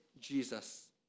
Jesus